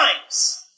times